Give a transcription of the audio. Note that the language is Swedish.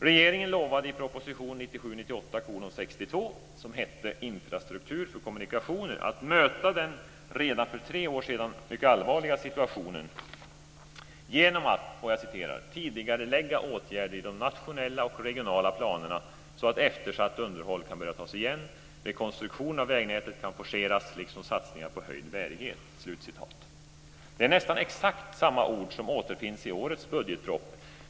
Regeringen lovade i proposition 1997/98:62 angående infrastrukturen för kommunikationer att möta den redan för tre år sedan mycket allvarliga situationen genom att "tidigarelägga åtgärder i de nationella och regionala planerna så att eftersatt underhåll kan börja tas igen, rekonstruktionen av vägnätet kan forceras liksom satsningar på höjd bärighet." Det är nästan exakt samma ord som återfinns i årets budgetproposition.